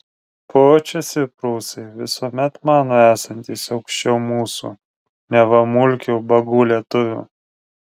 pučiasi prūsai visuomet mano esantys aukščiau mūsų neva mulkių ubagų lietuvių